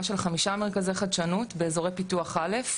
של חמישה מרכזי חדשנות באזורי פיתוח א'.